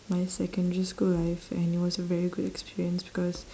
my secondary school life and it was a very good experience because